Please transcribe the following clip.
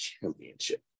Championship